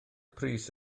pris